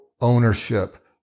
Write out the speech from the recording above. ownership